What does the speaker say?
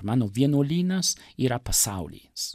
mano vienuolynas yra pasaulis